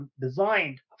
designed